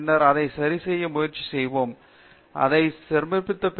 பின்னர் அதை சரிசெய்ய முயற்சி செய்வோம் அதை சமர்ப்பிக்க வேண்டும்